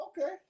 okay